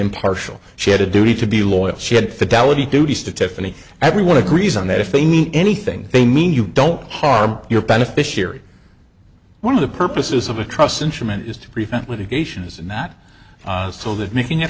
impartial she had a duty to be loyal she had fidelity duties to tiffany everyone agrees on that if they need anything they mean you don't harm your beneficiary one of the purposes of a truss interment is to prevent litigation isn't that so that making it